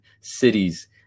cities